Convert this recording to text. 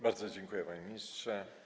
Bardzo dziękuję, panie ministrze.